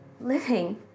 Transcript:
Living